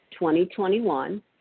2021